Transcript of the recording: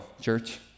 church